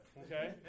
okay